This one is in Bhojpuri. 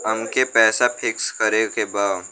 अमके पैसा फिक्स करे के बा?